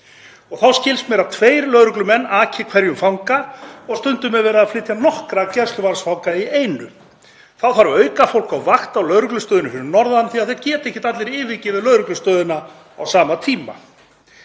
Þá skilst mér að tveir lögreglumenn aki hverjum fanga og stundum er verið að flytja nokkra gæsluvarðhaldsfanga í einu. Þá þarf aukafólk á vakt á lögreglustöðinni fyrir norðan því að það geta ekkert allir yfirgefið lögreglustöðina á sama tíma.